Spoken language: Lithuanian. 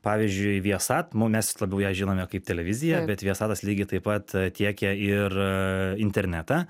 pavyzdžiui viasat mes labiau ją žinome kaip televiziją bet viasatas lygiai taip pat tiekia ir internetą